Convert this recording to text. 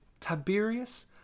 Tiberius